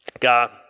God